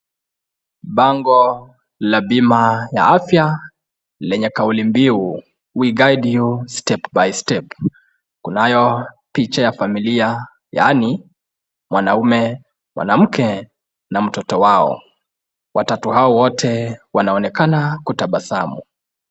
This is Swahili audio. Bango la bima ya afya lenye kauli mbiu, we guide you, step by step . Kunayo picha ya familia yaani, mwanaume, mwanamke na mtoto wao. Watatu hao wote wanaonekana kutabasamu.